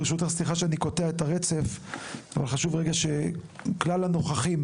סליחה שאני קוטע א הרצף אבל חשוב שכלל הנוכחים